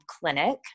clinic